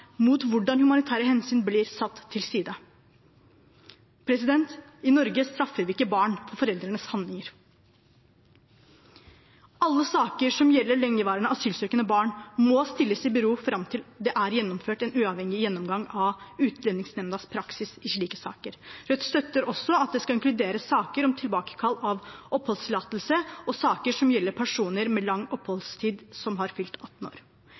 mot at humanitære hensyn blir satt til side. I Norge straffer vi ikke barn for foreldrenes handlinger. Alle saker som gjelder lengeværende asylsøkende barn må stilles i bero fram til det er gjennomført en uavhengig gjennomgang av Utlendingsnemndas praksis i slike saker. Rødt støtter også at det skal inkludere saker om tilbakekall av oppholdstillatelse og saker som gjelder personer med lang oppholdstid som har fylt 18 år.